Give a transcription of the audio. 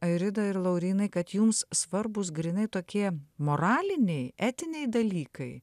airida ir laurynai kad jums svarbūs grynai tokie moraliniai etiniai dalykai